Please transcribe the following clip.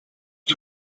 ich